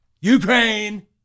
Ukraine